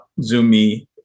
Zumi